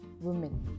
women